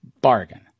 Bargain